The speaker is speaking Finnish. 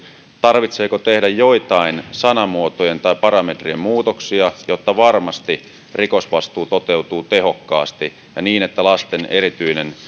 tarvitseeko tehdä joitain sanamuotojen tai parametrien muutoksia jotta varmasti rikosvastuu toteutuu tehokkaasti ja niin että lasten erityinen